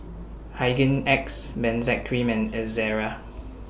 Hygin X Benzac Cream and Ezerra